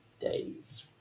days